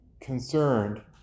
concerned